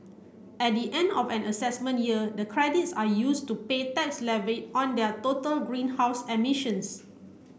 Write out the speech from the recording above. at the end of an assessment year the credits are used to pay tax levy on their total greenhouse emissions